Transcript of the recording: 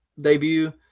debut